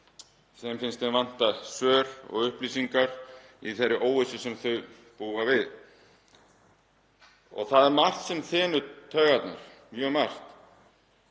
þeim finnst vanta svör og upplýsingar í þeirri óvissu sem þeir búa við. Það er margt sem þenur taugarnar, mjög margt.